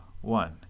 one